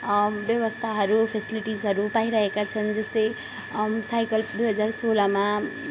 व्यवस्थाहरू फेसिलिटिसहरू पाइरहेका छन् जस्तै साइकल दुई हजार सोह्रमा